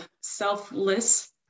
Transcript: selfless